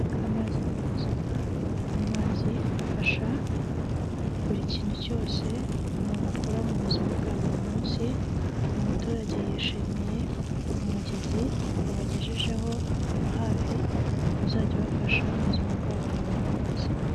Amazi ni ubuzima. Amazi afasha buri kintu cyose umuntu akora mu buzima bwa buri munsi, umuturage yishimiye umugezi babagejejeho wa hafi, uzajya ubafasha mu buzima bwabo bwa buri munsi.